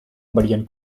varien